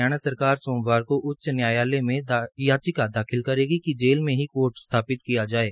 हरियाणा सरकार सोमवार को उच्च न्यायालय में याचिका दाखिल करेगी कि जेल में ही अदालत स्थापित की जाये